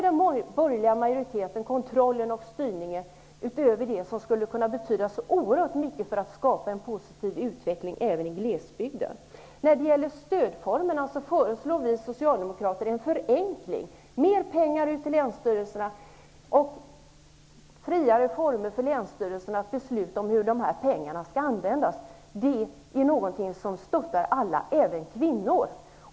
Den borgerliga majoriteten avhänder sig kontrollen och styrningen av sådant som skulle kunna betyda oerhört mycket för att skapa en positiv utveckling även i glesbygden. När det gäller stödformerna föreslår vi socialdemokrater en förenkling: mer pengar till länsstyrelserna och friare former för dessa att besluta hur pengarna skall användas. Detta är bra för alla, även för kvinnor.